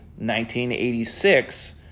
1986